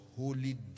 holy